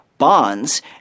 Bonds